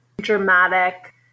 dramatic